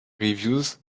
reviews